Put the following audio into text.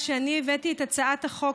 כשאני הבאתי את הצעת החוק,